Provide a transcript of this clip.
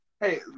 Hey